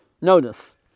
Notice